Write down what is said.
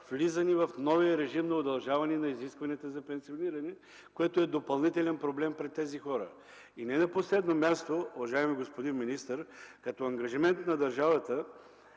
влизане в новия режим на удължаване на изискванията за пенсиониране, което е допълнителен проблем при тези хора. Уважаеми господин министър, като ангажимент на държавата